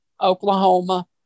Oklahoma